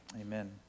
amen